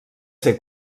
ser